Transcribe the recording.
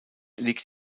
liegt